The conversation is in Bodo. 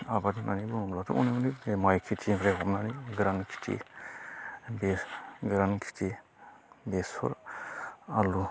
आबाद होननानै बुङोब्लाथ' अनेख अनेख माइ खेथिनिफ्राय हमनानै गोरान खेथि गोरान खेथि बेसर आलु